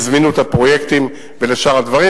לזמינות הפרויקטים ולשאר הדברים.